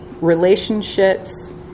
relationships